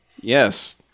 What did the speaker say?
Yes